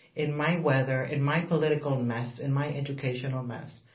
in my weather, in my political mess, in my educational mess.